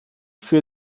für